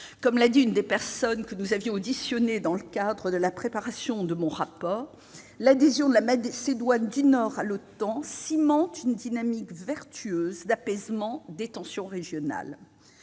Comme l'a dit l'une des personnalités que nous avons auditionnées lors de la préparation de mon rapport, « l'adhésion de la Macédoine du Nord à l'OTAN cimente une dynamique vertueuse d'apaisement des tensions régionales